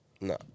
No